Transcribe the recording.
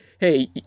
hey